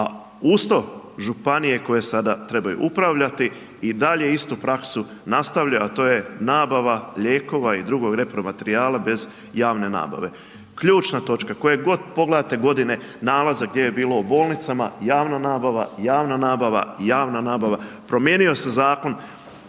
to, županije koje sada trebaju upravljati i dalje istu praksu nastavlja, a to je nabava lijekova i drugog repromaterijala bez javne nabave. Ključna točka koje god pogledate godine, nalaza gdje je bilo u bolnicama, javna nabava, javna nabava, javna nabava, promijenio se zakon